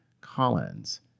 Collins